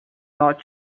not